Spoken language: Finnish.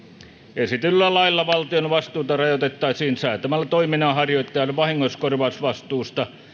esitetyllä lailla valtion vastuuta rajoitettaisiin säätämällä toiminnanharjoittajan vahingonkorvausvastuusta